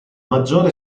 maggiore